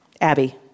Abby